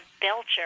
belcher